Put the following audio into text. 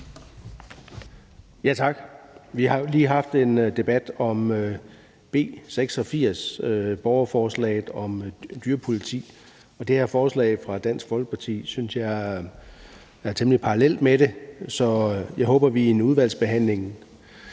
Tak. Vi har jo lige haft en debat om B 86, borgerforslaget om et dyrepoliti, og det her forslag fra Dansk Folkeparti synes jeg er temmelig parallelt med det. Jeg vil opfordre til, at vi i en udvalgsbehandling